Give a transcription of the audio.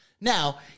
Now